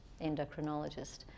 endocrinologist